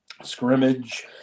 scrimmage